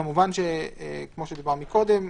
כמובן, כמו שדובר קודם,